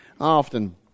Often